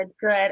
Good